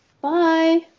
Bye